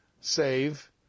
save